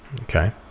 Okay